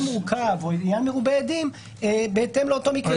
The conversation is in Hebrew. מורכב או עניין מרובה עדים בהתאם לאותו מקרה.